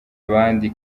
abandi